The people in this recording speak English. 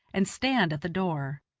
and stand at the door.